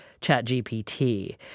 ChatGPT